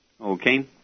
Okay